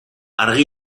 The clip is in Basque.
argi